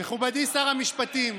מכובדי שר המשפטים,